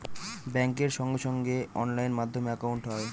ব্যাঙ্কের সঙ্গে সঙ্গে অনলাইন মাধ্যমে একাউন্ট হয়